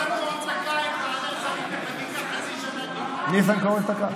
ניסנקורן תקע את, החקיקה חצי שנה, ניסנקורן תקע?